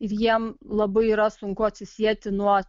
ir jiem labai yra sunku atsisieti nuo